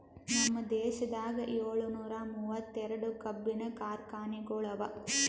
ನಮ್ ದೇಶದಾಗ್ ಏಳನೂರ ಮೂವತ್ತೆರಡು ಕಬ್ಬಿನ ಕಾರ್ಖಾನೆಗೊಳ್ ಅವಾ